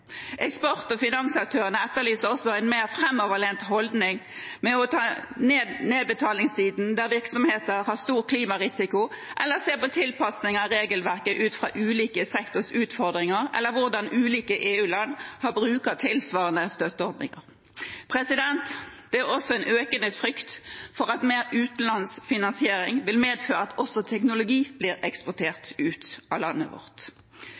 Eksport- og finansaktørene etterlyser også en mer framoverlent holdning med tanke på å ta ned nedbetalingstiden der virksomheter har stor klimarisiko, eller å se på tilpasninger av regelverket ut fra ulike sektorers utfordringer eller hvordan ulike EU-land bruker tilsvarende støtteordninger. Det er også en økende frykt for at mer utenlandsfinansiering vil medføre at også teknologi blir eksportert ut av landet vårt.